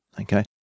Okay